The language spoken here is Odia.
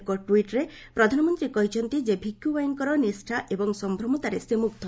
ଏକ ଟ୍ୱିଟ୍ରେ ପ୍ରଧାନମନ୍ତ୍ରୀ କହିଛନ୍ତି ଯେ ଭିକ୍ଷୁଭାଇଙ୍କ ନିଷ୍ଠା ଏବଂ ସମ୍ଭ୍ରମତାରେ ସେ ମୁଗ୍ଧ